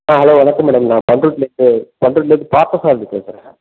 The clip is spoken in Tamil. ஆ ஹலோ வணக்கம் மேடம் நான் பண்ருட்டிலேருந்து பண்ருட்டிலேருந்து பார்த்தசாரதி பேசுகிறேன்